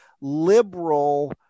liberal